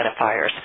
Identifiers